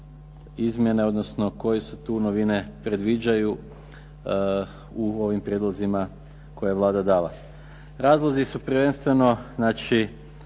izmjene, odnosno koje se tu novine predviđaju u ovim prijedlozima koje je Vlada dala. Razlozi su prvenstveno znači